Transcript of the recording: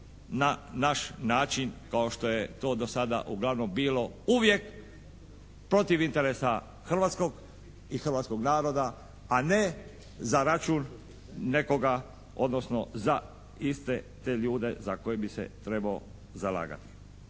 na naš način kao što je to do sada uglavnom bilo uvijek protiv interesa hrvatskog i hrvatskog naroda, a ne za račun nekoga, odnosno za iste te ljude za koje bi se trebao zalagati.